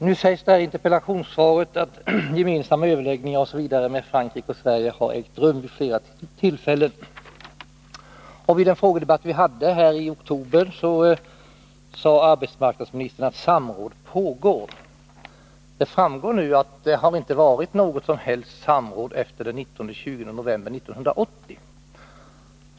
Nu sägs det i interpellationssvaret: ”Gemensamma överläggningar mellan säkerhetsmyndigheterna i Sverige och Frankrike har ägt rum vid flera tillfällen ———.” Vid en frågedebatt här i oktober sade arbetsmarknadsministern att samråd pågår, men det framgår nu att det inte har varit något som helst samråd efter den 19-20 november 1980.